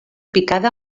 picada